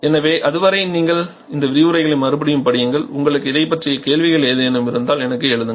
எனவே அதுவரை நீங்கள் இந்த விரிவுரைகளை மறுபடியும் படியுங்கள் உங்களுக்கு இதை பற்றிய கேள்விகள் ஏதேனும் இருந்தால் எனக்கு எழுதுங்கள்